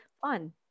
fun